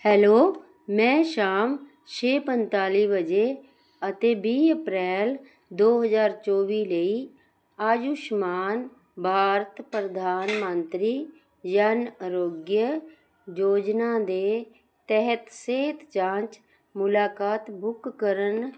hello ਮੈਂ ਸ਼ਾਮ ਛੇ ਪੰਤਾਲੀ ਵਜੇ ਅਤੇ ਵੀਹ ਅਪ੍ਰੈਲ ਦੋ ਹਜ਼ਾਰ ਚੋਵੀ ਲਈ ਆਯੁਸ਼ਮਾਨ ਭਾਰਤ ਪ੍ਰਧਾਨ ਮੰਤਰੀ ਜਨ ਆਰੋਗਯ ਯੋਜਨਾ ਦੇ ਤਹਿਤ ਸਿਹਤ ਜਾਂਚ ਮੁਲਾਕਾਤ ਬੁੱਕ ਕਰਨ